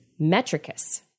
metricus